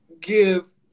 give